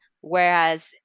whereas